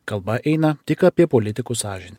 kalba eina tik apie politikų sąžinę